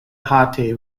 hate